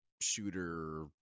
shooter